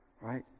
right